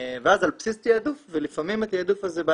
ואז על בסיס תעדוף ולפעמים התעדוף הזה בא